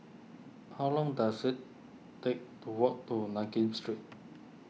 how long does it take to walk to Nankin Street